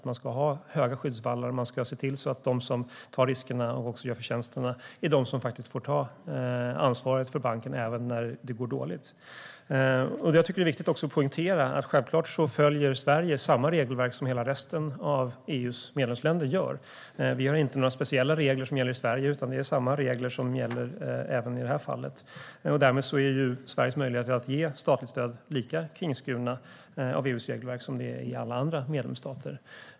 Man ska ha höga skyddsvallar, och man ska se till att de som tar riskerna och också gör förtjänsterna är de som får ta ansvaret för banken även när det går dåligt. Det är också viktigt att poängtera att Sverige självklart följer samma regelverk som resten av EU:s medlemsländer gör. Vi har inga speciella regler som gäller i Sverige, utan det är samma regler som gäller även i det här fallet. Därmed är Sveriges möjligheter att ge statligt stöd lika kringskurna av EU:s regelverk som alla andra medlemsstaters.